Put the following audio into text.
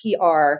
PR